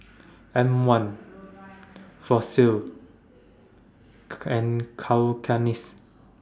M one Fossil and Cakenis